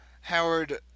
Howard